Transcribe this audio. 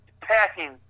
packing